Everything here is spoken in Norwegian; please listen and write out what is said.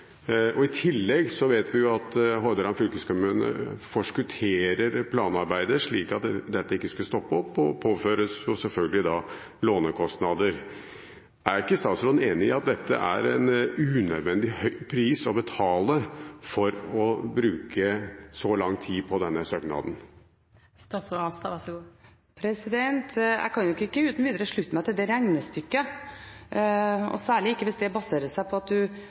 I tillegg vet vi at Hordaland fylkeskommune forskutterer planarbeidet for at dette ikke skal stoppe opp, og påføres selvfølgelig lånekostnader. Er ikke statsråden enig i at dette er en unødvendig høy pris å betale for å bruke så lang tid på denne søknaden? Jeg kan nok ikke uten videre slutte meg til det regnestykket, og særlig ikke hvis det baserer seg på at